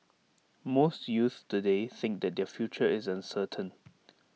most youths today think that their future is uncertain